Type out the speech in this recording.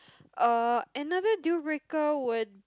uh another deal breaker would